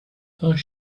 don’t